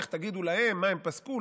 איך תגידו להם מה הם פסקו,